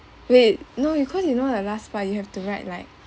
wait no you cause you know like last part you have to write like